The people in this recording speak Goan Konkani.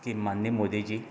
की माननीय मोदीजीं